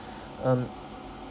um